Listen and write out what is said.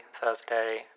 Thursday